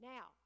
Now